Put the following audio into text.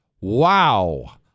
Wow